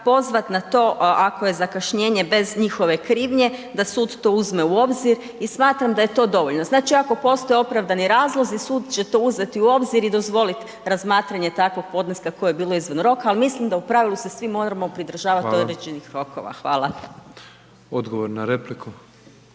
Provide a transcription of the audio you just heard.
pozvati na to ako je zakašnjenje bez njihove krivnje, da sud to uzme u obzir i smatram da je to dovoljno. Znači ako postoje opravdani razlozi, sud će to uzeti u obzir i dozvoliti razmatranje takvog podneska koje je bilo izvan roka, ali mislim da u pravilu se svi moramo pridržavati određenih rokova. Hvala. **Petrov, Božo